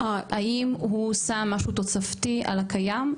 האם הוא עשה משהו תוספתי על הקיים,